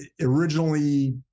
originally